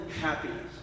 happiness